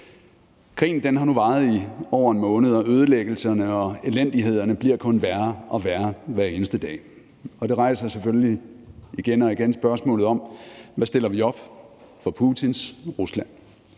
Krigen har nu varet i over en måned, og ødelæggelserne og elendighederne bliver kun værre og værre hver eneste dag, og det rejser selvfølgelig igen og igen spørgsmålet om, hvad vi stiller op med Putins Rusland.